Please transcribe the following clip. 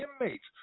inmates